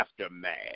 Aftermath